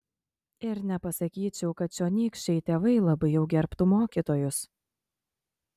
ir nepasakyčiau kad čionykščiai tėvai labai jau gerbtų mokytojus